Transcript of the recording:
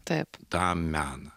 taip tą meną